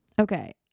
Okay